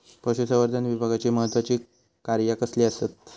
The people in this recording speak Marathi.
पशुसंवर्धन विभागाची महत्त्वाची कार्या कसली आसत?